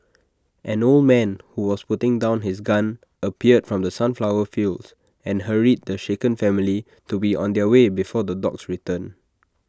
an old man who was putting down his gun appeared from the sunflower fields and hurried the shaken family to be on their way before the dogs return